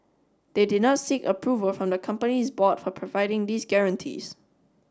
they did not seek approval from the company's board for providing these guarantees